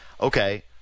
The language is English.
Okay